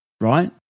right